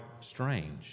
strange